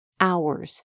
hours